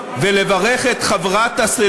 לייצג אתכם ולומר את טענותיכם,